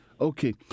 Okay